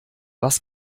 was